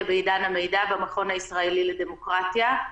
בעידן המידע במכון הישראלי לדמוקרטיה.